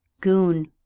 Goon